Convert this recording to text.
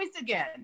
again